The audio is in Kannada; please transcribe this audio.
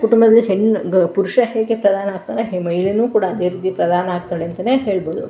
ಕುಟುಂಬದಲ್ಲಿ ಹೆಣ್ಣು ಗ ಪುರುಷ ಹೇಗೆ ಪ್ರಧಾನ ಆಗ್ತಲೇ ಮಹಿಳೆಯೂ ಕೂಡ ಅದೇ ರೀತಿ ಪ್ರಧಾನ ಆಗ್ತಾಳೆ ಅಂತಲೇ ಹೇಳ್ಬೋದು